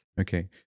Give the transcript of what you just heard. Okay